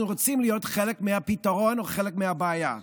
רוצים להיות חלק מהפתרון או חלק מהבעיה.